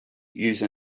use